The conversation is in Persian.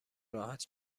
راحت